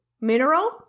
Mineral